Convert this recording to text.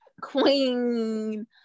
queen